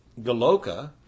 Galoka